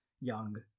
young